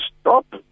stop